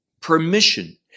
permission